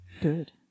Good